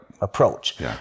approach